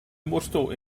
motstå